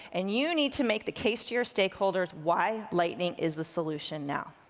and you need to make the case to your stakeholders why lightning is the solution now.